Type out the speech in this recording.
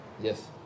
Yes